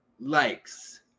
Likes